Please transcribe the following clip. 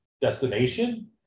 destination